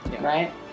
Right